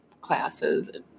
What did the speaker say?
classes